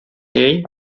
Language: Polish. jej